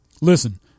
Listen